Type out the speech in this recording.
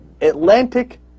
Atlantic